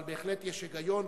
אבל בהחלט יש היגיון,